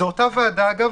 זו אותה ועדה אגב,